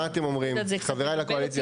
מה אתם אומרים, חבריי לקואליציה?